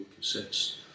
cassettes